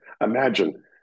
imagine